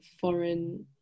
foreign